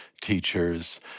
teachers